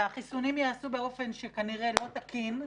והחיסונים ייעשו באופן שכנראה לא תקין.